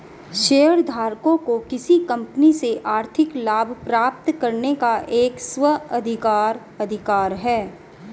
शेयरधारकों को किसी कंपनी से आर्थिक लाभ प्राप्त करने का एक स्व अधिकार अधिकार है